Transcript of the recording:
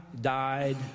died